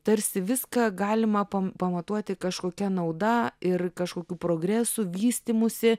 tarsi viską galima pam pamatuoti kažkokia nauda ir kažkokiu progresu vystymusi